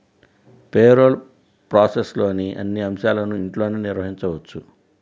payroll ప్రాసెస్లోని అన్ని అంశాలను ఇంట్లోనే నిర్వహించవచ్చు